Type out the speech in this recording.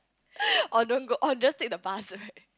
or don't go or just take the bus right